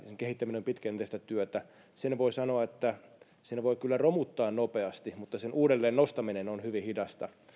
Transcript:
kehittäminen ovat pitkäjänteistä työtä sen voi sanoa että sen voi kyllä romuttaa nopeasti mutta sen uudelleen nostaminen on hyvin hidasta